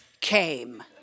came